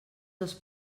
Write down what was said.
dels